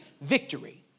victory